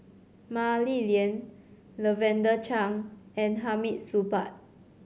Mah Li Lian Lavender Chang and Hamid Supaat